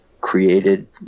created